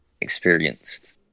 experienced